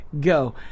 go